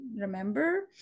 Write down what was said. remember